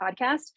podcast